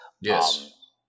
yes